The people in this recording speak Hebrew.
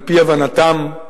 על-פי הבנתם,